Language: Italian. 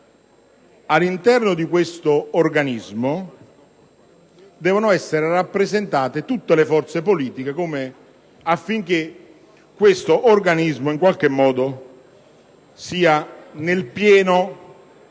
All'interno di questo organismo, devono essere rappresentate tutte le forze politiche affinché esso, in qualche modo, operi nel pieno